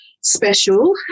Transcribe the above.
special